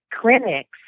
clinics